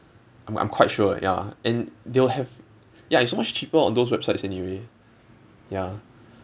I'm I'm quite sure ya and they'll have ya it's so much cheaper on those websites anyway ya